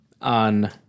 on